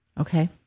Okay